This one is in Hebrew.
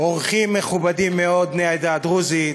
אורחים מכובדים מאוד מהעדה הדרוזית,